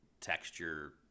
texture